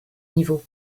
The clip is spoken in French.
niveau